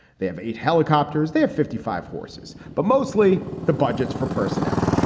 they have eight helicopters. they have fifty five horses, but mostly the budgets for personnel.